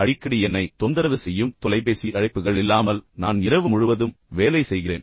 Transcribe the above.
அடிக்கடி என்னை தொந்தரவு செய்யும் தொலைபேசி அழைப்புகள் இல்லாமல் நான் நான் இரவு முழுவதும் வேலை செய்கிறேன்